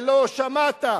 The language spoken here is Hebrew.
ולא שמעת.